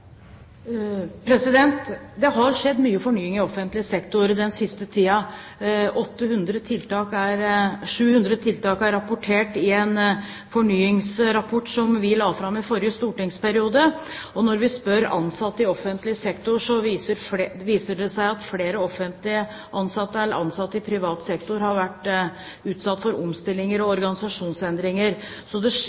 Det har skjedd mye fornying i offentlig sektor den siste tiden. 700 tiltak er rapportert i en fornyingsrapport som vi la fram i forrige stortingsperiode. Når vi spør ansatte i offentlig sektor, viser det seg at flere offentlig ansatte enn ansatte i privat sektor har vært utsatt for omstillinger og organisasjonsendringer. Så det skjer